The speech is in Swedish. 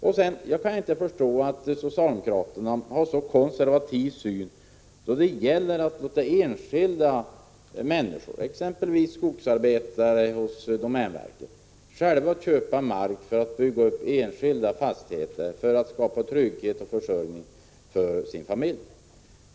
85 Jag kan vidare inte förstå varför socialdemokraterna har en så konservativ syn då det gäller att låta enskilda människor, exempelvis skogsarbetare hos domänverket, själva köpa mark för att bygga upp enskilda fastigheter och därmed skapa trygghet och försörjning för sina familjer.